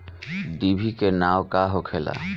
डिभी के नाव का होखेला?